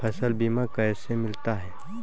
फसल बीमा कैसे मिलता है?